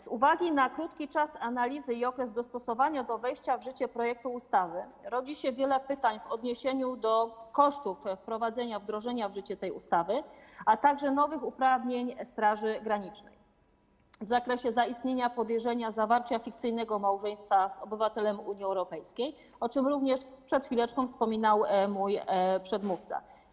Z uwagi na krótki czas analizy i okres dostosowania do wejścia w życie projektu ustawy rodzi się wiele pytań w odniesieniu do kosztów wprowadzenia, wdrożenia w życie tej ustawy, a także nowych uprawnień Straży Granicznej w zakresie zaistnienia podejrzenia zawarcia fikcyjnego małżeństwa z obywatelem Unii Europejskiej, o czym również przed chwileczką wspominał mój przedmówca.